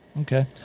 Okay